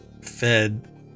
fed